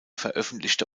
veröffentlichte